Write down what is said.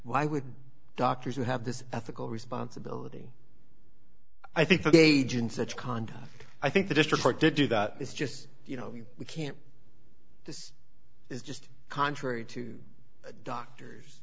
why would doctors who have this ethical responsibility i think the gauge in such conduct i think the district to do that is just you know we can't this is just contrary to doctors